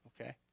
Okay